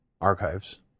archives